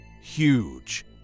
huge